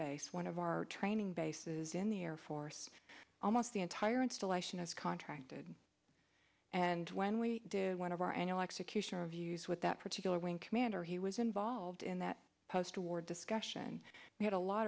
base one of our training bases in the air force almost the entire installation is contracted and when we did one of our annual execution reviews with that particular wing commander he was involved in that post war discussion we had a lot